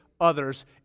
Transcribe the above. others